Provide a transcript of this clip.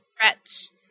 threats